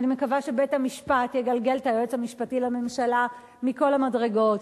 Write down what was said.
אני מקווה שבית-המשפט יגלגל את היועץ המשפטי לממשלה מכל המדרגות